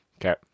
Okay